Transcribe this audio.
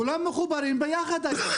כולם מחוברים ביחד היום.